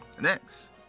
Next